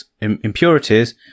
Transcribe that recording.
impurities